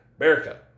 America